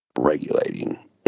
regulating